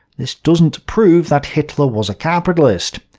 this doesn't prove that hitler was a capitalist.